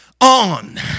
on